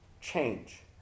change